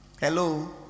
Hello